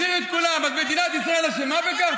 החזירו את כולן, אז מדינת ישראל אשמה בכך?